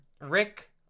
rick